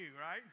right